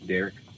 Derek